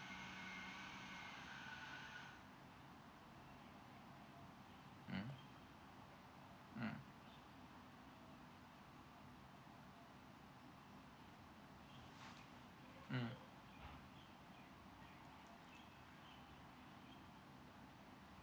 mm